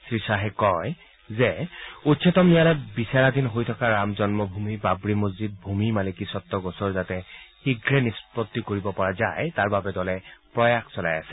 শ্ৰীখাহে কয় উচ্চতম ন্যায়ালয়ত বিচৰাধীন হৈ থকা ৰাম জন্মভূমি বাবৰি মছজিদ ভূমি মালিকীস্বত্ব গোচৰ যাতে শীঘ্ৰে নিষ্পত্তি কৰিব পৰা যায় তাৰবাবে দলে প্ৰয়াস চলাই আছে